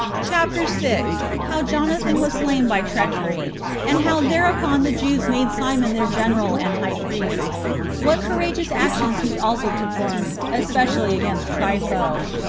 chapter six. how jonathan was slain by treachery and how thereupon the jews made simon their general and high priest what courageous actions he also performed especially against trypho.